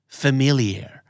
familiar